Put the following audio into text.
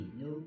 no